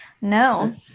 No